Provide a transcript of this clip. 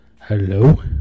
Hello